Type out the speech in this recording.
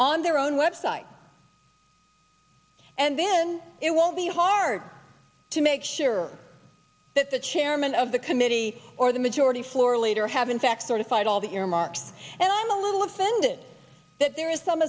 on their own website and then it won't be hard to make sure that the chairman of the committee or the majority floor leader have in fact sort of fight all the earmarks and i'm a little offended that there is some